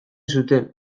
zuten